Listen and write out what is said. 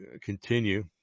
continue